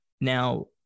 now